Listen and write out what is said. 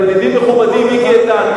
אבל מכובדי מיקי איתן,